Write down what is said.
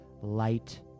light